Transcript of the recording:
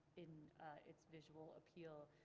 in its visual appeal,